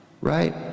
right